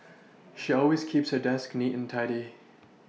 she always keeps her desk neat and tidy